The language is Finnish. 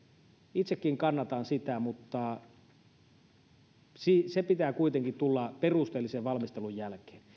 itsekin kannatan sitä mutta sen pitää kuitenkin tulla perusteellisen valmistelun jälkeen